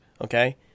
Okay